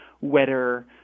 wetter